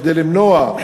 כדי למנוע,